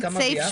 הסתייגויות?